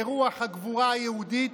ברוח הגבורה היהודית,